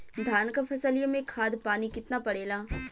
धान क फसलिया मे खाद पानी कितना पड़े ला?